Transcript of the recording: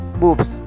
boobs